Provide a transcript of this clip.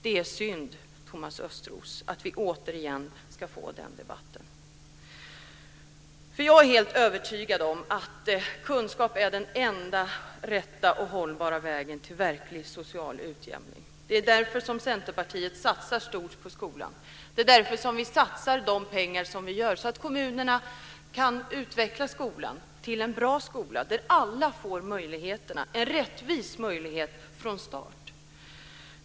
Det är synd, Thomas Östros, att vi återigen ska få den debatten. Jag är helt övertygad om att kunskap är den enda rätta och hållbara vägen till verklig social utjämning. Det är därför som Centerpartiet satsar stort på skolan. Det är därför som vi satsar de pengar som vi gör så att kommunerna kan utveckla skolan till en bra skola där alla får en rättvis möjlighet från start.